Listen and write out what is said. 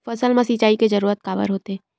फसल मा सिंचाई के जरूरत काबर होथे?